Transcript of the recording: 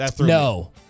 no